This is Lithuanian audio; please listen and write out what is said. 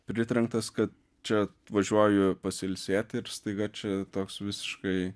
pritrenktas kad čia važiuoju pasiilsėti ir staiga čia toks visiškai